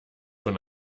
von